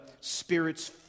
Spirit's